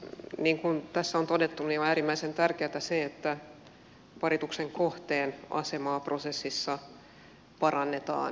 niin kuin tässä on todettu on äärimmäisen tärkeätä se että parituksen kohteen asemaa prosessissa parannetaan